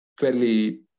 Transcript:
fairly